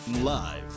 live